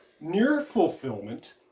near-fulfillment